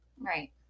Right